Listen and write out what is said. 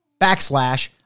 backslash